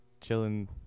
chilling